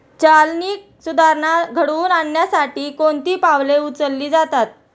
चालनीक सुधारणा घडवून आणण्यासाठी कोणती पावले उचलली जातात?